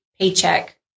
paycheck